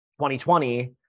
2020